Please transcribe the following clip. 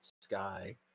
Sky